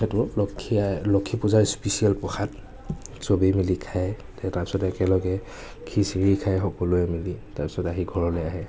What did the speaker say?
এইটো লক্ষ্মী আইৰ লক্ষ্মী পূজাৰ স্পেছিয়েল প্ৰসাদ চবেই মিলি খায় একেলগে খিচিৰী খাই সকলোৱে মিলি তাৰপিছতে আহি ঘৰলৈ আহে